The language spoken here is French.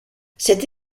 cette